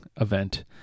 event